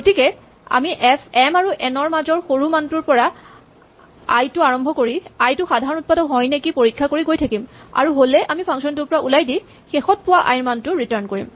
গতিকে আমি এম আৰু এন ৰ মাজৰ সৰু মানটোৰ পৰা আই টো আৰম্ভ কৰি আই টো সাধাৰণ উৎপাদক হয় নেকি পৰীক্ষা কৰি গৈ থাকিম আৰু হ'লে আমি ফাংচন টোৰ পৰা ওলাই দি শেষত পোৱা আই ৰ মানটো ৰিটাৰ্ন কৰিম